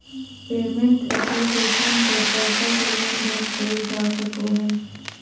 payment application पर पैसा के लेन देन कइल जा सको हइ